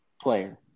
player